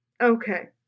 Okay